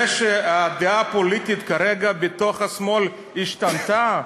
זה שהדעה הפוליטית כרגע בתוך השמאל השתנתה,